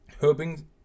Hoping